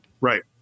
Right